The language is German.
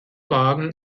wagen